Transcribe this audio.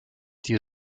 die